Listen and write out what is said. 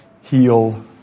heal